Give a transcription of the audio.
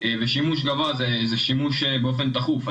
ושימוש גבוה זה שימוש באופן תכוף.